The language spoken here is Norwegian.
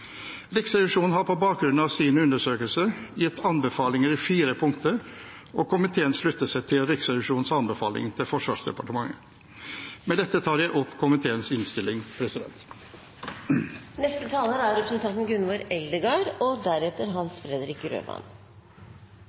Riksrevisjonen har på bakgrunn av sin undersøkelse gitt anbefalinger i fire punkter, og komiteen slutter seg til Riksrevisjonens anbefalinger til Forsvarsdepartementet. Med dette anbefaler jeg komiteens innstilling. Då har me ein rapport om Forsvaret igjen, denne gongen om forvaltninga av eigedomar, bygg og